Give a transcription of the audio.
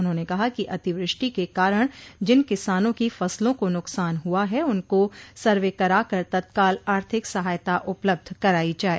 उन्होंने कहा कि अतिवृष्टि के कारण जिन किसानों की फसलों को नुकसान हुआ है उनको सर्वे कराकर तत्काल आर्थिक सहायता उपलब्ध कराई जाये